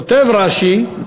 כותב רש"י: